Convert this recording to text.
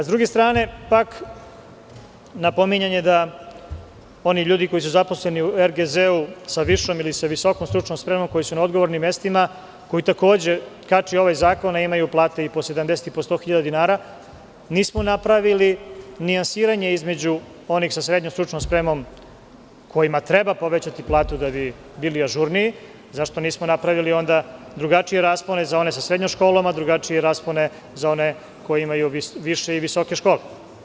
S druge strane pak, napominjanje da oni ljudi koji su zaposleni u Republičkom geodetskom zavodu sa višom ili sa visokom stručnom spremom, koji su na odgovornim mestima, koje takođe kači ovaj zakon, a imaju plate i po 70 i po 100.000 dinara, nismo napravili nijansiranje između onih sa srednjom stručnom spremom kojima treba povećati platu da bi bili ažurniji, zašto nismo napravili onda drugačije raspone za one sa srednjom školom, a drugačije raspone za one koji imaju više i visoke škole.